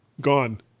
gone